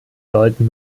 sollten